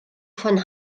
von